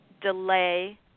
delay